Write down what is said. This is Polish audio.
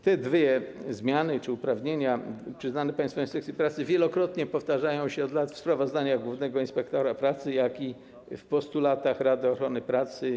Te dwie zmiany czy uprawnienia przyznane Państwowej Inspekcji Pracy wielokrotnie powtarzają się od lat zarówno w sprawozdaniach głównego inspektora pracy, jak i w postulatach Rady Ochrony Pracy.